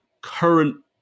current